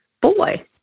boy